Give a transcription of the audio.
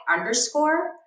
underscore